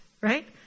right